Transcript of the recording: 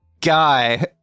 guy